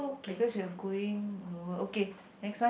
because you're going lower okay next one